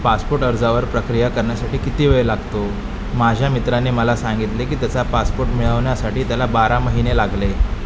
passport अर्जावर प्रक्रिया करण्यासाठी किती वेळ लागतो माझ्या मित्राने मला सांगितले की त्याचा पासपोर्ट मिळवण्यासाठी त्याला बारा महिने लागले